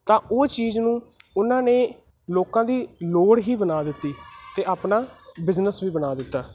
ਤਾਂ ਉਹ ਚੀਜ਼ ਨੂੰ ਉਹਨਾਂ ਨੇ ਲੋਕਾਂ ਦੀ ਲੋੜ ਹੀ ਬਣਾ ਦਿੱਤੀ ਅਤੇ ਆਪਣਾ ਬਿਜਨਸ ਵੀ ਬਣਾ ਦਿੱਤਾ